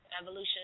evolution